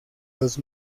los